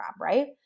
Right